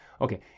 Okay